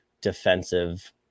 defensive